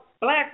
Black